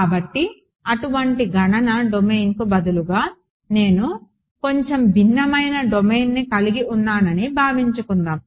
కాబట్టి అటువంటి గణన డొమైన్కు బదులుగా నేను కొంచెం భిన్నమైన డొమైన్ని కలిగి ఉన్నానని భావించుకుందాం